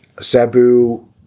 Sabu